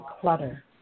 clutter